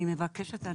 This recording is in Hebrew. אני מבקשת,